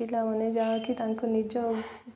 ପିଲାମାନେ ଯାହାକି ତାଙ୍କ ନିଜ